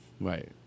Right